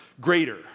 greater